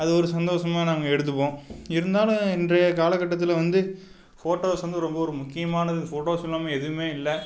அது ஒரு சந்தோஷமாக நாங்க எடுத்துப்போம் இருந்தாலும் இன்றைய கால கட்டத்தில் வந்து ஃபோட்டோஸ் வந்து ரொம்ப ஒரு முக்கியமானது ஃபோட்டோஸ் இல்லாமல் எதுவுமே இல்லை